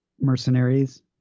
mercenaries